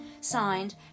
Signed